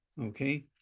Okay